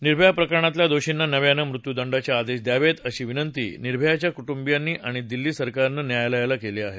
निर्भया प्रकरणातल्या दोषींना नव्यानं मृत्युदंडाचे आदेश द्यावेत अशी विनंती निर्भयाच्या कुटुंबियांनी आणि दिल्ली सरकारनं न्यायालयाला केली आहे